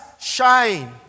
shine